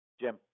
Jim